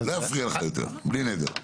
לא אפריע לך יותר, בלי נדר.